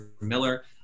Miller